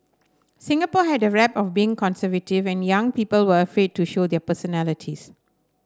Singapore had a rep of being conservative and young people were afraid to show their personalities